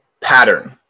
pattern